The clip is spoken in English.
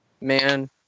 man